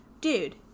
Dude